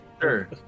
Sure